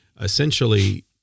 essentially